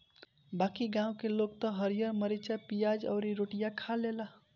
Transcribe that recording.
बाकी गांव के लोग त हरिहर मारीचा, पियाज अउरी रोटियो खा लेला